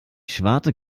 schwarte